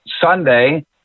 Sunday